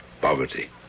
poverty